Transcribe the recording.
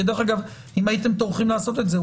כי אם הייתם טורחים לעשות את זה,